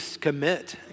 commit